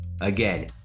Again